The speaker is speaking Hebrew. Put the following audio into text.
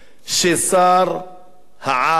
אם השר-על,